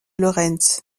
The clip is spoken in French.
lorentz